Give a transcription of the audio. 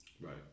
right